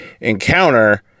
encounter